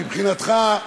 מבחינתך,